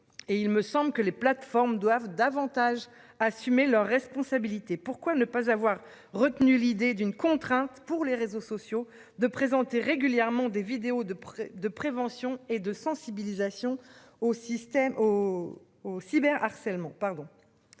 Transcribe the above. Et il me semble que les plateformes doivent davantage assumer leurs responsabilités. Pourquoi ne pas avoir retenu l'idée d'une contrainte pour les réseaux sociaux de présenter régulièrement des vidéos de de prévention et de sensibilisation au système